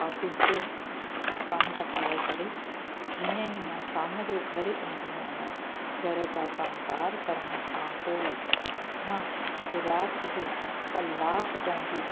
office जो कमु पताए करे जीअं ई मां शाम जो घरु ईंदी आहियां घर जा कमकार करण खां पोइ मां राति जो कलाकु पंहिंजी